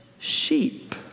Sheep